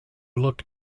look